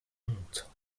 honte